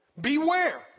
Beware